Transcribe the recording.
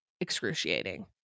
excruciating